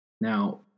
Now